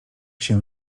się